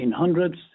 1800s